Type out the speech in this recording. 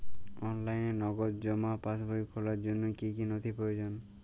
অনলাইনে নগদ জমা পাসবই খোলার জন্য কী কী নথি প্রয়োজন?